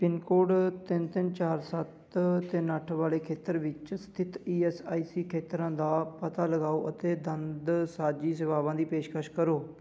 pin code ਤਿੰਨ ਤਿੰਨ ਚਾਰ ਸੱਤ ਤਿੰਨ ਅੱਠ ਵਾਲੇ ਖੇਤਰ ਵਿੱਚ ਸਥਿਤ ਈ ਐੱਸ ਆਈ ਸੀ ਖੇਤਰਾਂ ਦਾ ਪਤਾ ਲਗਾਓ ਅਤੇ ਦੰਦ ਸਾਜੀ ਸੇਵਾਵਾਂ ਦੀ ਪੇਸ਼ਕਸ਼ ਕਰੋ